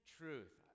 truth